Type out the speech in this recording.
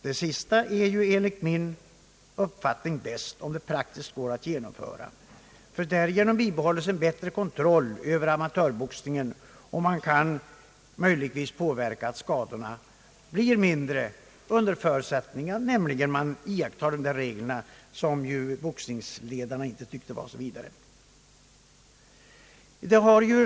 Det sista är enligt min uppfattning bäst, om det praktiskt går att genomföra, ty därigenom bibehålles en bättre kontroll över amatörboxningen, och man kan möjligen påverka att skadorna blir mindre, under förutsättning att man iakttar dessa regler som boxningsledarna inte tyckte var så vidare bra.